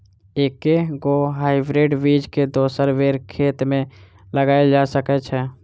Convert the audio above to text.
एके गो हाइब्रिड बीज केँ दोसर बेर खेत मे लगैल जा सकय छै?